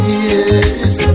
yes